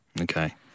Okay